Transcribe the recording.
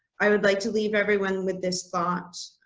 i would like to leave everyone with this thought.